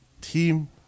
Team